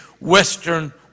Western